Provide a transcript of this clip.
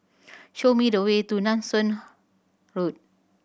show me the way to Nanson Road